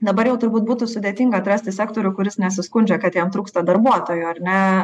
dabar jau turbūt būtų sudėtinga atrasti sektorių kuris nesiskundžia kad jam trūksta darbuotojų ar ne